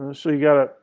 so you got to,